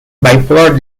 bipolar